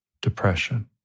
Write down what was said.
depression